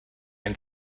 and